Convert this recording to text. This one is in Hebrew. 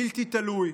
בלתי תלוי.